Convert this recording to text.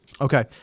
Okay